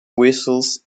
whistles